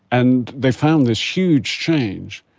and they found this huge change.